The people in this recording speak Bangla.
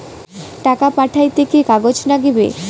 টাকা পাঠাইতে কি কাগজ নাগীবে?